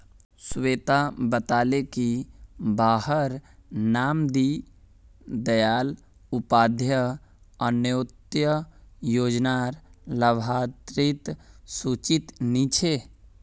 स्वेता बताले की वहार नाम दीं दयाल उपाध्याय अन्तोदय योज्नार लाभार्तिर सूचित नी छे